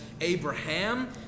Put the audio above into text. Abraham